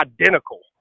identical